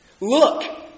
Look